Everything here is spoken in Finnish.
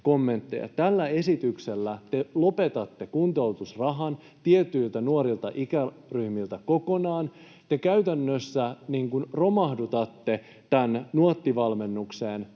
Tällä esityksellä te lopetatte kuntoutusrahan tietyiltä nuorilta ikäryhmiltä kokonaan. Te käytännössä romahdutatte Nuotti-valmennukseen